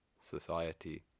society